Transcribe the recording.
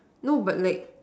no but like